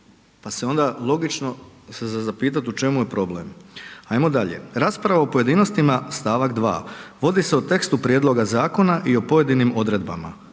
Pa se onda logično se za zapitati u čemu je problem. Ajmo dalje: „Rasprava o pojedinostima…“, stavak 2.: „…vodi se o tekstu prijedloga zakona i o pojedinim odredbama.“.